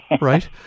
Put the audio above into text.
right